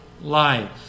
life